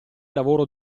lavoro